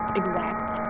exact